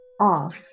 off